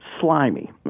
slimy